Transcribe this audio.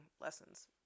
lessons